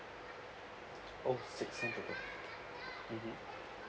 oh six hundred mmhmm